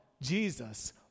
Jesus